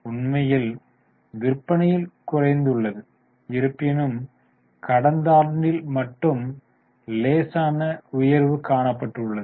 உண்மையில் விற்பனையில் குறைந்துள்ளது இருப்பினும் கடந்த ஆண்டில் மட்டும் லேசான உயர்வு காணப்பட்டுள்ளது